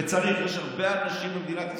וצריך, יש הרבה אנשים במדינת ישראל,